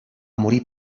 morir